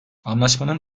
anlaşmanın